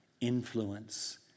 influence